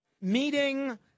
meeting